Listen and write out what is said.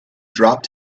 dropped